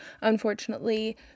Unfortunately